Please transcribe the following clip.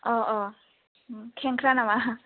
अ'अ' उम खेंख्रा नामा